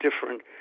different